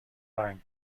lange